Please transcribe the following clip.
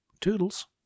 Toodles